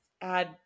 add